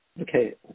Okay